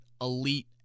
elite